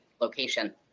location